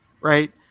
right